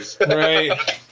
Right